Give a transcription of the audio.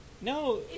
No